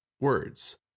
words